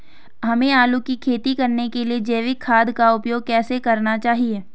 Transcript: हमें आलू की खेती करने के लिए जैविक खाद का उपयोग कैसे करना चाहिए?